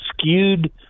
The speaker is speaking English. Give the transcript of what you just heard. skewed